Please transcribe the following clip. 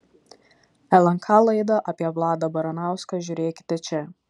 lnk laidą apie vladą baranauską žiūrėkite čia